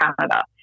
Canada